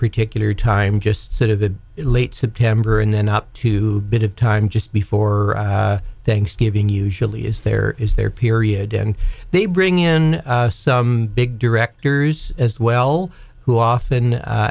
particular time just sort of in late september and then up to a bit of time just before thanksgiving usually is there is there period and they bring in some big directors as well who often